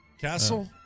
Castle